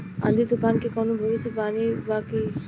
आँधी तूफान के कवनों भविष्य वानी बा की?